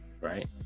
right